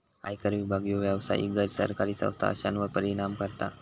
आयकर विभाग ह्यो व्यावसायिक, गैर सरकारी संस्था अश्यांवर परिणाम करता